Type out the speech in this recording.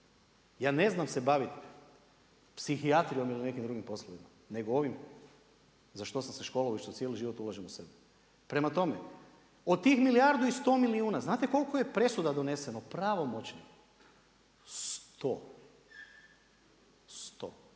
Ja ne znam se bavit psihijatrijom ili nekim drugim poslovima, nego ovim za što sam se školovao i što cijeli život ulažem u sebe. Prema tome, od tih milijardu i sto milijuna, znate koliko je presuda doneseno, pravomoćno? 100. Ne